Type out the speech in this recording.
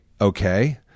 okay